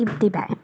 তৃপ্তি পাই